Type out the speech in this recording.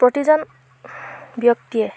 প্ৰতিজন ব্যক্তিয়ে